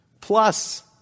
plus